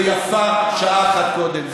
ויפה שעה אחת קודם.